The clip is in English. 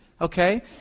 okay